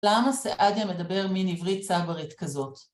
למה סעדיה מדבר מן עברית צברית כזאת?